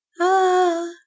Ah